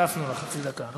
הוספנו לך חצי דקה.